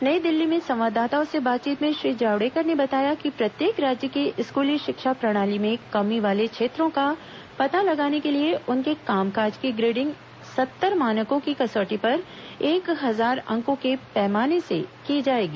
न ई दिल्ली में संवाददाताओं से बातचीत में श्री जावड़ेकर ने बताया कि प्रत्येक राज्य की स्कूली शिक्षा प्रणाली में कमी वाले क्षेत्रों का पता लगाने के लिए उनके कामकाज की ग्रे िंडग सत्तर मानकों की कसौटी पर एक हजार अंकों के पैमाने से की जाएगी